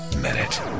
minute